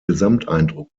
gesamteindruck